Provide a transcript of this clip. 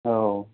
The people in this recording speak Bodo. औ